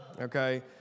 okay